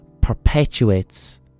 perpetuates